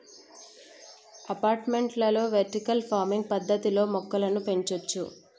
అపార్టుమెంట్లలో vertical farming పద్దతిలో మొక్కలను పెంచొచ్చు